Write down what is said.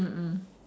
mm mm